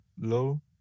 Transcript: low